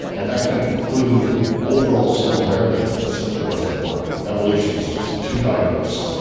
and that kind of crude overall similarity simply doesn't work. evolution is just too diverse.